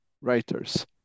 writers